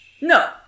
No